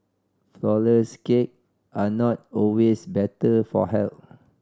flour less cake are not always better for health